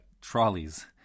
trolleys